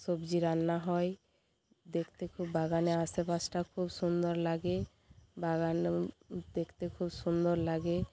সবজি রান্না হয় দেখতে খুব বাগানের আশেপাশটা খুব সুন্দর লাগে বাগানও দেখতে খুব সুন্দর লাগে